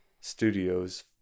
Studios